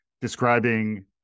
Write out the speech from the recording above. describing